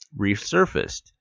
resurfaced